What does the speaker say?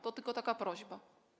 To tylko taka prośba.